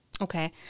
Okay